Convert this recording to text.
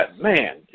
Man